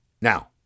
Now